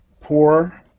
poor